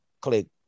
click